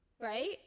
Right